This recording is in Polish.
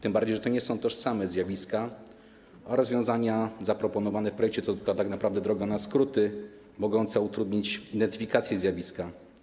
Tym bardziej że to nie są tożsame zjawiska, a rozwiązania zaproponowane w projekcie to tak naprawdę droga na skróty, mogąca utrudnić identyfikację zjawiska.